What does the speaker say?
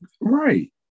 Right